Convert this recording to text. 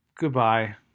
Goodbye